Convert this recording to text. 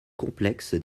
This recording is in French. complexe